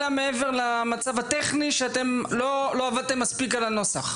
אלא מעבר למצב הטכני שאתם לא עבדתם מספיק על הנוסח.